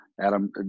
Adam